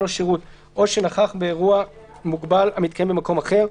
לו שירות או שנכח באירוע מוגבל המתקיים במקום אחר,